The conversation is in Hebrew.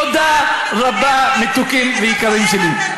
תודה רבה, מתוקים ויקרים שלי.